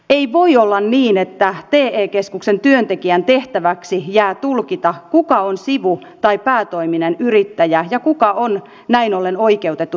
ei voi olla niin että te keskuksen työntekijän tehtäväksi jää tulkita kuka on sivu tai päätoiminen yrittäjä ja kuka on näin ollen oikeutettu työttömyysturvaan